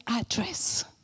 address